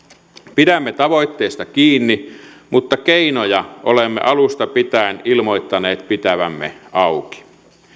pidämme tavoitteesta kiinni mutta keinoja olemme alusta pitäen ilmoittaneet pitävämme auki